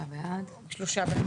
הצבעה בעד, 3 נגד,